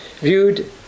viewed